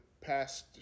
past